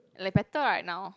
like better right now